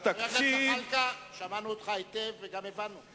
חבר הכנסת זחאלקה, שמענו אותך היטב, וגם הבנו.